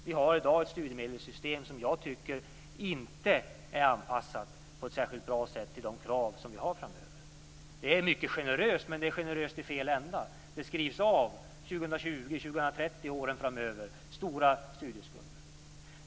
Vi har i dag ett studiemedelssystem som jag inte tycker är särskilt bra anpassat till de krav vi har framöver. Det är mycket generöst, men det är generöst i fel ände. Stora studieskulder skrivs av 2020, 2030 och åren framöver.